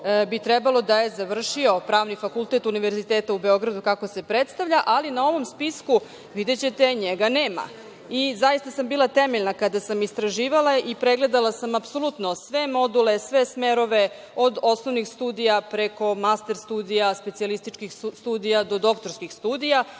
bi trebalo da je završio Pravni fakultet Univerziteta u Beogradu, kako se predstavlja, ali na ovom spisku videćete njega nema. Zaista sam bila temeljna kada sam istraživala i pregledala sam apsolutno sve module, sve smerove, od osnovnih studija preko master studija, specijalističkih studija do doktorskih studija